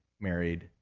married